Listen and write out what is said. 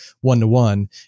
one-to-one